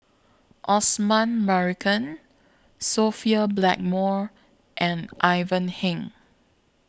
Osman Merican Sophia Blackmore and Ivan Heng